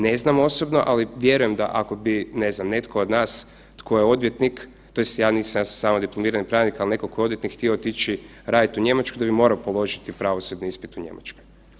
Ne znam osobno, ali vjerujem da, ako bi ne znam, netko od nas tko je odvjetnik, tj. ja nisam, ja sam samo dipl. pravnik, ali netko tko je odvjetnik htio otići u Njemačku, da bi morao položiti pravosudni ispit u Njemačkoj.